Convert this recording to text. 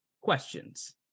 Questions